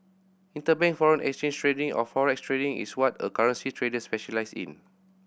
interbank foreign exchange trading or forex trading is what a currency trader specialises in